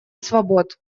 свобод